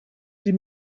sie